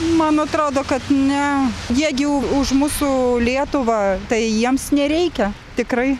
man atrodo kad ne jie gi u už mūsų lietuvą tai jiems nereikia tikrai